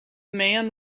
man